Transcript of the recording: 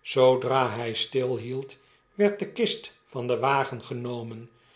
zoodra hij stilhield werd de kist van den wagen genomen